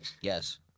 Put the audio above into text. Yes